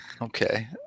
Okay